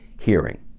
hearing